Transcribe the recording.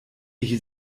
ich